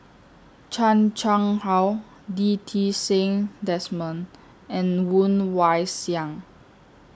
Chan Chang How Lee Ti Seng Desmond and Woon Wah Siang